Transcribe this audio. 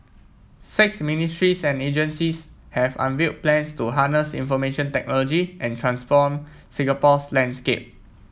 six ministries and agencies have unveiled plans to harness information technology and transform Singapore's landscape